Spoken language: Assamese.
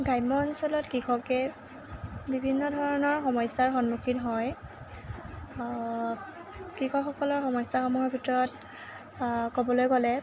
গ্ৰাম্য অঞ্চলত কৃষকে বিভিন্ন ধৰণৰ সমস্যাৰ সন্মুখীন হয় কৃষকসকলৰ সমস্যাসমূহৰ ভিতৰত ক'বলৈ গ'লে